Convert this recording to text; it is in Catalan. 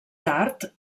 tard